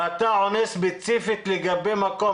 ואתה עונה ספציפית לגבי מקום.